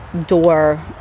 door